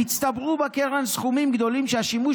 הצטברו בקרן סכומים גדולים שהשימוש